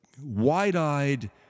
wide-eyed